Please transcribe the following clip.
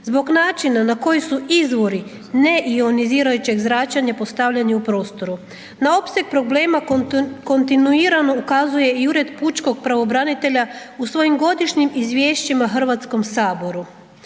Zbog načina na koji izvori neionizirajućeg zračenja postavljeni u prostoru. Na opseg problema kontinuirano ukazuje i Ured pučkog pravobranitelja u svojim godišnjim izvješćima HS-u.